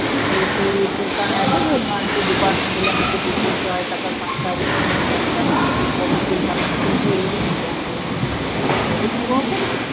T C T C കിട്ടാനായിട്ട് മറ്റ് ഡിപ്പാർട്ട്മെൻറ്റിലെ മറ്റ് ടീച്ചേഴ്സും ആയിട്ടൊക്കെ സംസാരിച്ചതിന് ശേഷം ഓഫീസിൽ പറഞ്ഞ് ടി സി എഴുതിപ്പിക്കാം ആ ഒരു മൂന്ന് ദിവസം എടുക്കും